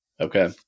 Okay